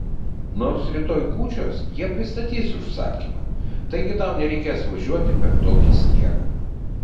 nors rytoj kūčios jie pristatys užsakymą taigi tau nereikės važiuoti per tokį sniegą